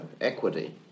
equity